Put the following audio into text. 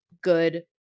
good